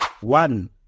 One